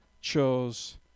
chose